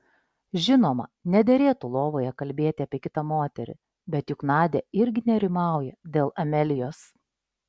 žinoma nederėtų lovoje kalbėti apie kitą moterį bet juk nadia irgi nerimauja dėl amelijos